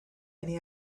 people